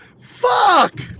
Fuck